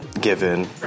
given